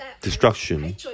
destruction